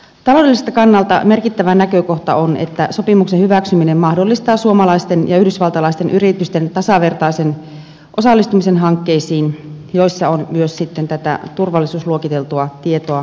taloudelliselta kannalta merkittävä näkökohta on että sopimuksen hyväksyminen mahdollistaa suomalaisten ja yhdysvaltalaisten yritysten tasavertaisen osallistumisen hankkeisiin joissa on myös sitten tätä turvallisuusluokiteltua tietoa mukana